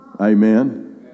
Amen